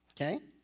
Okay